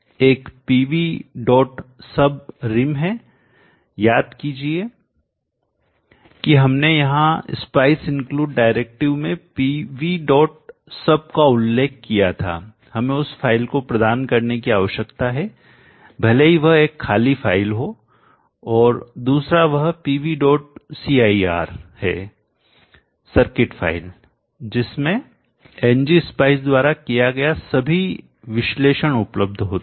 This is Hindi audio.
एक pvsub रिम है याद कीजिए कि हमने यहां स्पाइस इंक्लूड डायरेक्टिव में pvsub का उल्लेख किया था हमें उस फ़ाइल को प्रदान करने की आवश्यकता है भले ही वह एक खाली फ़ाइल हो और दूसरा वह pvcir है सर्किट फ़ाइल जिसमें ng spice द्वारा किया गया सभी विश्लेषण एनालिसिस उपलब्ध होता है